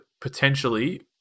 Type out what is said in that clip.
potentially